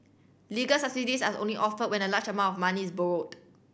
legal subsidies are only offered when a large amount of money is borrowed